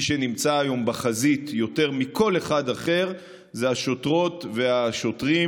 מי שנמצא היום בחזית יותר מכל אחד אחר הם השוטרות והשוטרים.